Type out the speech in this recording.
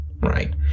right